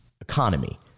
economy